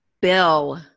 Bill